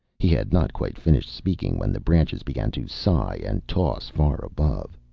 he had not quite finished speaking when the branches began to sigh and toss, far above.